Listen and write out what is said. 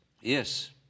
Yes